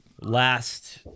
last